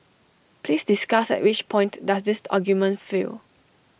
please discuss at which point does this argument fail